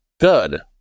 good